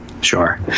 Sure